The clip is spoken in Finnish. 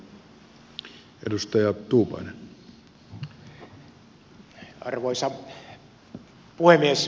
arvoisa puhemies